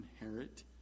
inherit